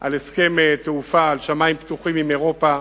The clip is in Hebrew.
על הסכם תעופה על שמים פתוחים עם אירופה,